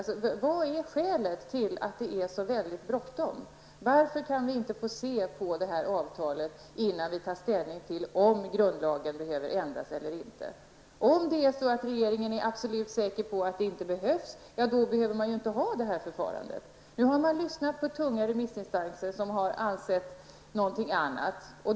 Alltså: Vilket är skälet till att det är så bråttom? Varför kan vi inte få se på det här avtalet innan vi tar ställning till om grundlagen behöver ändras eller inte? Om regeringen är absolut säker på att en ändring inte behövs, är inte detta förfarande nödvändigt. Nu har man lyssnat på tunga remissinstanser, som har ansett något annat.